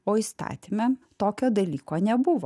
o įstatyme tokio dalyko nebuvo